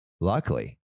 luckily